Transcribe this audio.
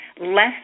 less